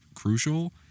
crucial